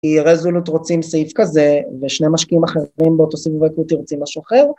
הרזולות רוצים סעיף כזה ושני משקיעים אחרים באותו סביב אקוטי רוצים משהו אחר.